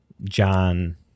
John